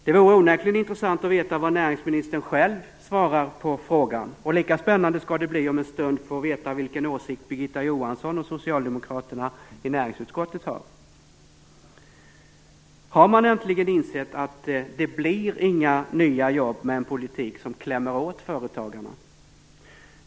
Det vore onekligen intressant att veta vad näringsministern själv svarar på frågan. Och lika spännande skall det bli att om en stund få veta vilken åsikt Har man äntligen insett att det inte blir några nya jobb med en politik som klämmer åt företagarna?